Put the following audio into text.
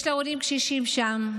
יש להם הורים קשישים שם,